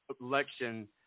election